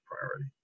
priority